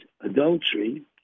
adultery